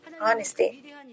honesty